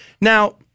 Now